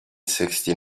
sixty